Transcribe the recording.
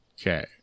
okay